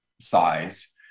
size